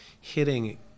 hitting